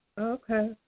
Okay